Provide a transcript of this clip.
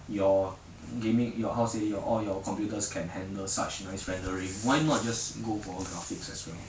your gaming your how to say your all your computers can handle such nice rendering why not just go for graphics as well